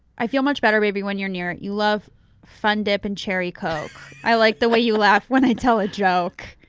i feel much better baby when you're near, you love fun dip and cherry coke, i like the way you laugh when i tell a joke.